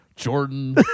Jordan